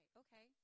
okay